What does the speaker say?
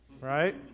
right